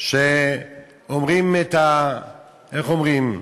שאומרים איך אומרים,